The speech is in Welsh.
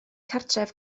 cartref